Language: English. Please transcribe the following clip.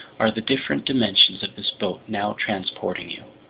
are the different dimensions of this boat now transporting you.